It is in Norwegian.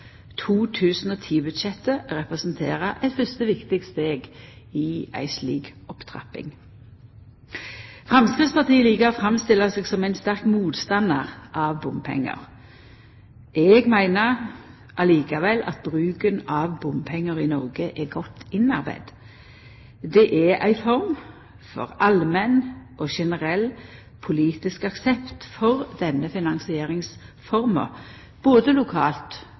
representerer eit fyrste viktig steg i ei slik opptrapping. Framstegspartiet likar å framstella seg som ein sterk motstandar av bompengar. Eg meiner likevel at bruken av bompengar i Noreg er godt innarbeidd. Det er ei form for allmenn og generell politisk aksept for denne finansieringsforma, både lokalt